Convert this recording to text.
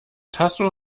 tasso